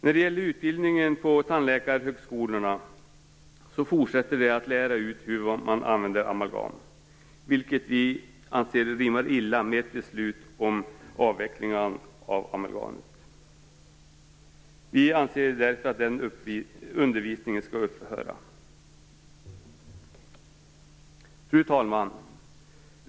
När det gäller utbildningen på tandläkarhögskolorna vill jag peka på att de fortsätter att lära ut hur man använder amalgam, vilket vi anser rimmar illa med ett beslut om avveckling av amalgam. Vi anser därför att den undervisningen skall upphöra. Fru talman!